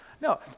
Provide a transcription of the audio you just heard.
No